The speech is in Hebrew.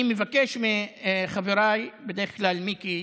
אני מבקש מחבריי, בדרך כלל מיקי,